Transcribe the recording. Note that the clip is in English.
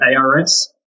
ARS